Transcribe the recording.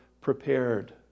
prepared